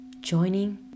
Joining